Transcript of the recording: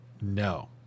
No